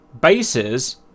bases